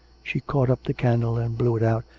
she caught up the candle and blew it out,